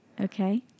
Okay